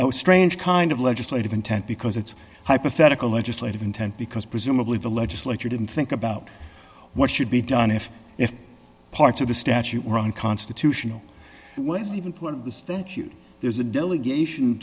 oh strange kind of legislative intent because it's hypothetical legislative intent because presumably the legislature didn't think about what should be done if if parts of the statute were unconstitutional whereas even one of the statute there's a delegation